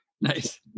nice